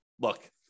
look